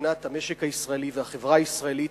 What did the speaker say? מבחינת המשק הישראלי והחברה הישראלית,